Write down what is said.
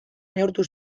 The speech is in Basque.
neurtu